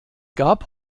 gab